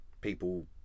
people